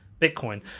Bitcoin